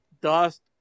dust